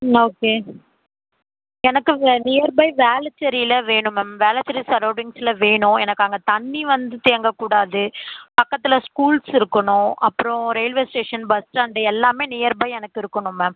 ம் ஓகே எனக்கு இங்கே நியர்பை வேளச்சேரியில வேணும் மேம் வேளச்சேரி சரௌண்டிங்ஸில் வேணும் எனக்கு அங்கே தண்ணி வந்து தேங்கக்கூடாது பக்கத்தில் ஸ்கூல்ஸ் இருக்கணும் அப்புறம் ரயில்வே ஸ்டேஷன் பஸ்ஸ்டாண்டு எல்லாமே நியர்பை எனக்கு இருக்கணும் மேம்